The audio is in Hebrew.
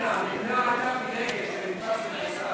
השימוש בסמלים וכינויים נאציים,